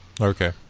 Okay